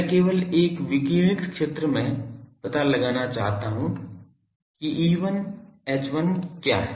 मैं केवल एक विकिरणित क्षेत्र में पता लगाना चाहता हूं कि E1 H1 क्या है